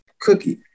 cookie